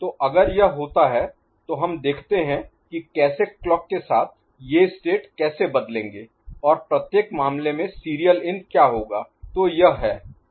तो अगर यह होता है तो हम देखते हैं कि कैसे क्लॉक के साथ ये स्टेट कैसे बदलेंगे और प्रत्येक मामले में सीरियल इन क्या होगा